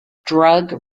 drug